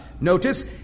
notice